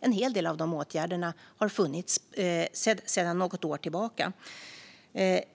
En hel del av dessa åtgärder har funnits sedan något år tillbaka.